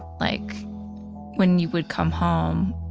like when you would come home,